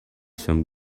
some